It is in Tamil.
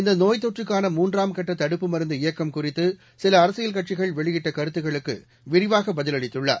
இந்தநோய்த்தொற்றுக்கான மூன்றாம் கட்டதடுப்பு மருந்து இயக்கம் குறித்துசிலஅரசியல் கட்சிகள் வெளியிட்டகருத்துகளுக்குவிரிவாகபதில் அளித்துள்ளார்